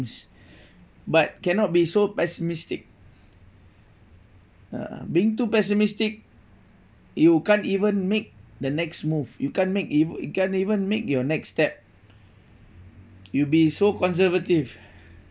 but cannot be so pessimistic uh being too pessimistic you can't even make the next move you can't make it you can't even make your next step you be so conservative